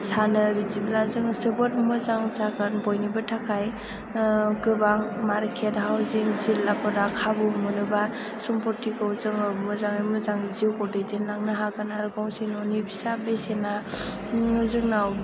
सानो बिदिब्ला जों जोबोद मोजां जागोन बयनिबो थाखाय गोबां मार्केट हाउसिंं जिल्लाफोरा खाबु मोनोबा सम्फ'थिखौ जोङो मोजाङै मोजां जिउखौ दैदेनलांनो हागोन आरो गंसे न'नि फिसा बेसेना जोंनाव